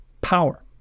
power